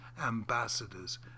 ambassadors